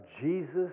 Jesus